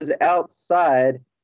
outside